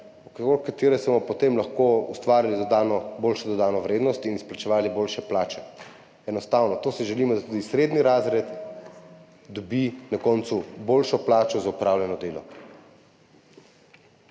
okrog katere bomo potem lahko ustvarili boljšo dodano vrednost in izplačevali boljše plače. Enostavno. Zato si želimo, da tudi srednji razred dobi na koncu boljšo plačo za opravljeno delo.